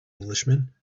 englishman